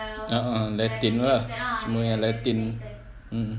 a'ah latin juga sebenarnya latin mm